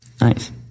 Nice